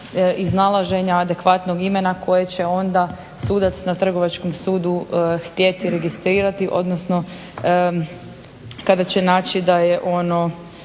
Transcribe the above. iznalaženja adekvatnog imena koje će onda sudac na trgovačkom sudu htjeti registrirati odnosno kada će naći da je ono